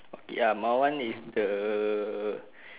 ya my one is the